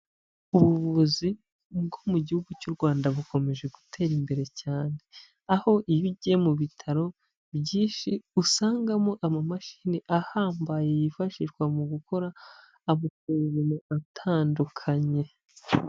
Ubuvuzi bwo mu gihugu cy'u rwanda bukomeje gutera imbere cyane; aho iyo ugiye mu bitaro byinshi usangamo amamashini ahambaye yifashishwa mu gukora amavuriro atandukanye.